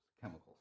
chemicals